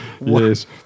Yes